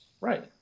Right